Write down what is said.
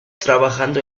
trabajando